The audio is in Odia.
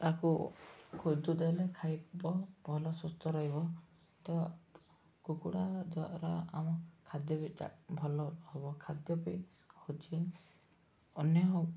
ତାକୁ ଖୁଦ ଦେଲେ ଖାଇବ ଭଲ ସୁସ୍ଥ ରହିବ ତ କୁକୁଡ଼ା ଦ୍ୱାରା ଆମ ଖାଦ୍ୟ ବି ଭଲ ହେବ ଖାଦ୍ୟ ବି ହେଉଛି ଅନ୍ୟ